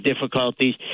difficulties